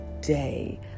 day